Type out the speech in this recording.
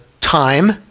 time